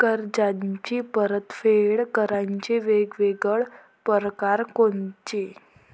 कर्जाची परतफेड करण्याचे वेगवेगळ परकार कोनचे?